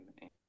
name